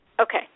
Okay